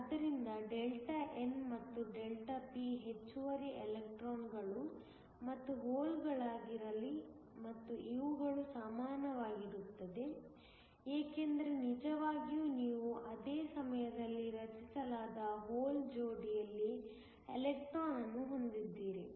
ಆದ್ದರಿಂದ Δn ಮತ್ತು Δp ಹೆಚ್ಚುವರಿ ಎಲೆಕ್ಟ್ರಾನ್ಗಳು ಮತ್ತು ಹೋಲ್ಗಳಾಗಿರಲಿ ಮತ್ತು ಇವುಗಳು ಸಮಾನವಾಗಿರುತ್ತದೆ ಏಕೆಂದರೆ ನಿಜವಾಗಿಯೂ ನೀವು ಅದೇ ಸಮಯದಲ್ಲಿ ರಚಿಸಲಾದ ಹೋಲ್ ಜೋಡಿಯಲ್ಲಿ ಎಲೆಕ್ಟ್ರಾನ್ ಅನ್ನು ಹೊಂದಿದ್ದೀರಿ